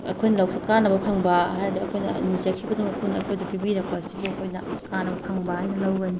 ꯑꯩꯈꯣꯏꯅ ꯀꯥꯟꯅꯕ ꯐꯪꯕ ꯍꯥꯏꯔꯗꯤ ꯑꯩꯈꯣꯏꯅ ꯅꯤꯖꯈꯤꯕꯗꯣ ꯃꯄꯨꯅ ꯑꯩꯈꯣꯏꯗ ꯄꯤꯕꯤꯔꯛꯄ ꯑꯁꯤꯕꯨ ꯑꯩꯈꯣꯏꯅ ꯀꯥꯟꯅꯕ ꯐꯪꯕ ꯍꯥꯏꯅ ꯂꯧꯒꯅꯤ